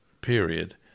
period